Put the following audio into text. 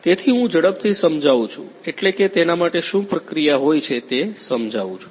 તેથી હું ઝડપથી સમજાવું છું એટલે કે તેના માટે શું પ્રક્રિયા હોય છે તે સમજાવું છું